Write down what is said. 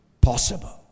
possible